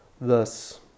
thus